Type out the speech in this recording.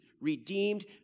redeemed